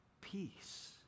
Peace